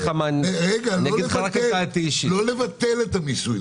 --- לא לבטל את המיסוי,